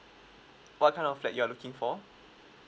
what kind of flat you are looking for